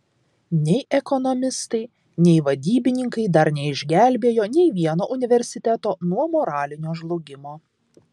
nei ekonomistai nei vadybininkai dar neišgelbėjo nei vieno universiteto nuo moralinio žlugimo